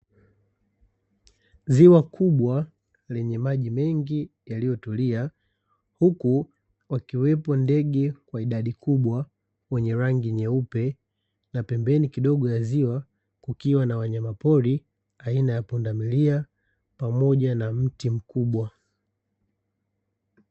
Ziwa kubwa lenye maji mengi yaliyo tulia, huku wakiwepo ndege kwa idadi kubwa wenye rangi nyeupe. Na pembeni kidogo ya ziwa kukiwa na Wanyama pori aina ya Pundamilia pamoja na mti mkubwa.